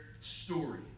story